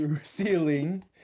ceiling